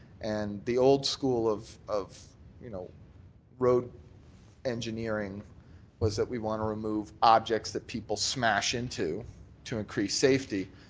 and the old school of of you know road engineering was that we want to remove objects that people smash into to increase safety.